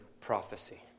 prophecy